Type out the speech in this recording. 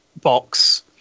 box